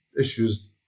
issues